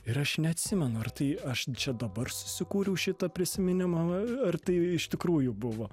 ir aš neatsimenu ar tai aš čia dabar susikūriau šitą prisiminimą ar tai iš tikrųjų buvo